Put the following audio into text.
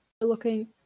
Looking